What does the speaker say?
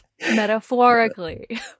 Metaphorically